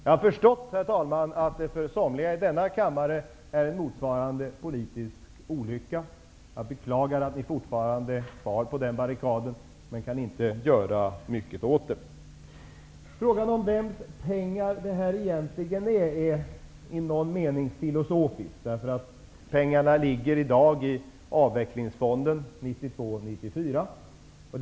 Jag har förstått att det för somliga i denna kammare i stället är en politisk olycka. Jag beklagar att ni fortfarande är kvar på den barrikaden, men jag kan inte göra mycket åt det. Frågan om vems pengar det egentligen rör sig om är i någon mening filosofisk. Pengarna finns i dag i avvecklingsfonden 1992--1994.